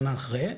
שנה אחרי,